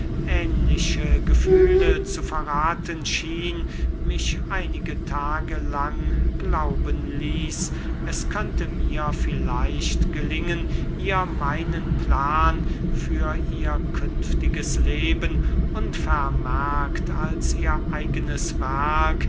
ähnliche gefühle zu verrathen schien mich einige tage lang glauben ließ es könnte mir vielleicht gelingen ihr meinen plan für ihr künftiges leben unvermerkt als ihr eigenes werk